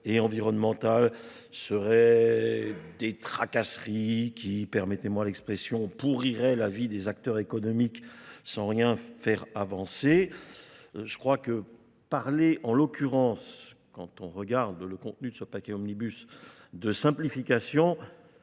et environnementales seraient des tracasseries qui, permettez-moi l'expression, pourriraient la vie des acteurs économiques sans rien faire avancer. Je crois que parler en l'occurrence, quand on regarde le contenu de ce paquet Omnibus, De simplification,